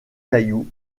caillou